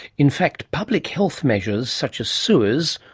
in fact public health measures, such as sewers,